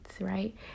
right